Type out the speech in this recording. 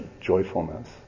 joyfulness